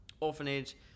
orphanage